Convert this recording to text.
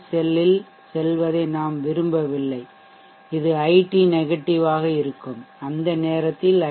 செல்லில் செல்வதை நாம் விரும்பவில்லை இது iT நெகட்டிவ் ஆக இருக்கும் அந்த நேரத்தில் ஐ